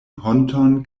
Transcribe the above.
honton